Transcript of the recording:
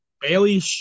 Bailey